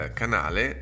canale